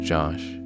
Josh